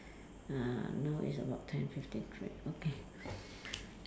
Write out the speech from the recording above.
uh now is about ten fifty three okay